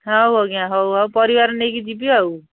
ହଉ ଆଜ୍ଞା ହଉ ଆଉ ପରିବାର ନେଇକି ଯିବି ଆଉ